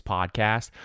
Podcast